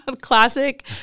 Classic